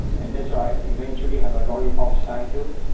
and that's why i eventually have a lollipop sign too,